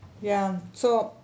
ya so